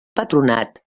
patronat